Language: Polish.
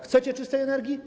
Chcecie czystej energii?